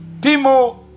Pimo